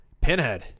Pinhead